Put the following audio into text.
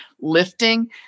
lifting